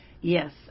Yes